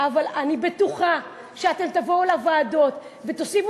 אבל אני בטוחה שאתם תבואו לוועדות ותוסיפו